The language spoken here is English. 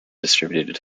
distributed